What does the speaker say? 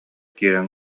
киирэн